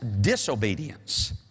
disobedience